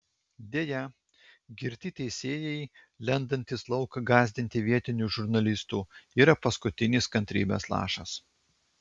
deja girti teisėjai lendantys lauk gąsdinti vietinių žurnalistų yra paskutinis kantrybės lašas